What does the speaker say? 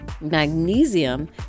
magnesium